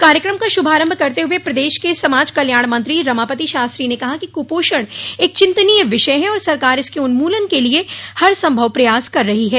कार्यक्रम का शुभारम्भ करते हुए प्रदेश के समाज कल्याण मंत्री रमापति शास्त्री ने कहा कि कुपोषण एक चिन्तनीय विषय है और सरकार इसके उन्मूलन के लिए हर संभव प्रयास कर रही है